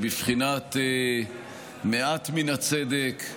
היא בבחינת מעט מן הצדק,